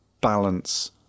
balance